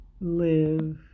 live